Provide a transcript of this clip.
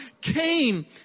came